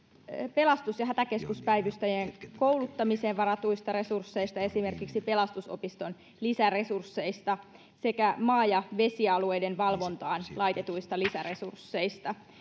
pelastus ja hätäkeskuspäivystäjien kouluttamiseen varatuista resursseista esimerkiksi pelastusopiston lisäresursseista sekä maa ja vesialueiden valvontaan laitetuista lisäresursseista